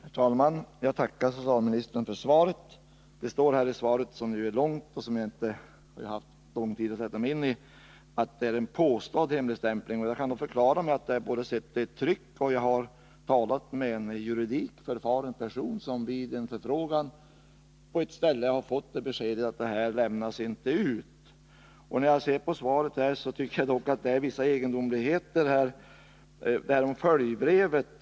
Herr talman! Jag tackar socialministern för svaret. Det står i svaret, som ju är långt och som jag inte haft lång tid att sätta mig in i, att det är en påstådd hemligstämpling. Jag kan då förklara att jag sett detta i tryck och att jag talat med enii juridik förfaren person, som vid förfrågan på ett ställe fått beskedet att den här handlingen inte lämnades ut. När jag läser svaret finner jag att det innehåller vissa egendomligheter när det gäller följebrevet.